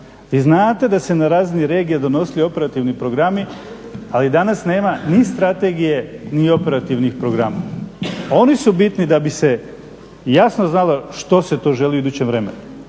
Vi znate da se na razini regija donosili operativni programi, ali danas nema ni strategije, ni operativnih programa. Oni su bitni da bi se jasno znalo što se to želi u idućem vremenu.